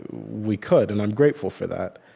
we could. and i'm grateful for that.